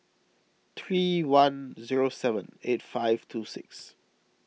three one zero seven eight five two six